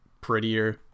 prettier